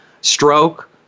Stroke